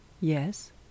Yes